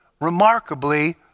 remarkably